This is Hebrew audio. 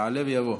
יעלה ויבוא.